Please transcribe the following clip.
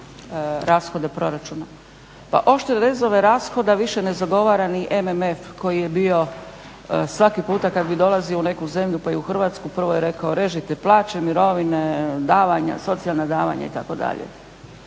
rashoda proračuna. Pa oštre rezove rashoda više ne zagovara ni MMF koji je bio svaki puta kada bi dolazio u neku zemlju pa i u Hrvatsku prvo je rekao režite plaće, mirovine, davanja, socijalna davanja itd..